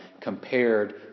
compared